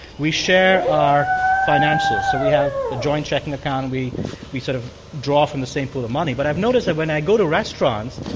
we share our finances. so we have a joint checking account, and we sort of draw from the same pool of money. but i've noticed that when i go to restaurants,